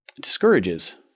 discourages